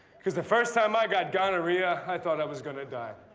cause the first time i got gonorrhea, i thought i was gonna die.